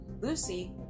Lucy